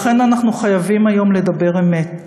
לכן אנחנו חייבים היום לדבר אמת.